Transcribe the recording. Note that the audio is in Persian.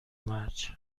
مرج